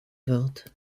wird